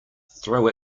throw